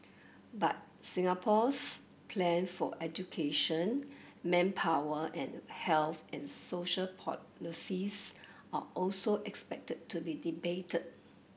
but Singapore's plan for education manpower and health and social policies are also expected to be debated